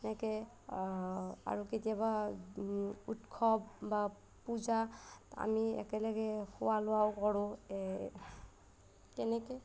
সেনেকৈ আৰু কেতিয়াবা উৎসৱ বা পূজা আমি একেলগে খোৱা লোৱাও কৰোঁ তেনেকৈ